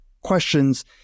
questions